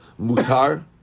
mutar